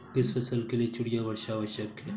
किस फसल के लिए चिड़िया वर्षा आवश्यक है?